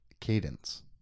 Cadence